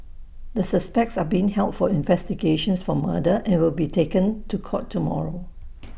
the suspects are being held for investigations for murder and will be taken to court tomorrow